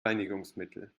reinigungsmittel